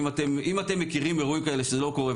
אם אתם מכירים אירועים כאלה שזה לא קורה,